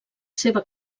seva